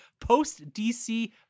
post-DC